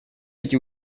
эти